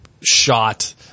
shot